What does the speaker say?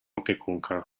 opiekunkę